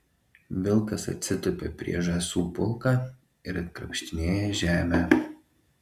vilkas atsitupia prieš žąsų pulką ir krapštinėja žemę